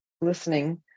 listening